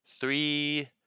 three